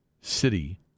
city